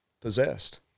possessed